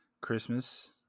Christmas